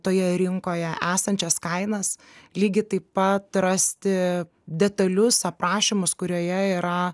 toje rinkoje esančias kainas lygiai taip pat rasti detalius aprašymus kurioje yra